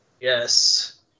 Yes